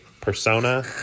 persona